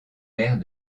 mère